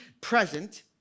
present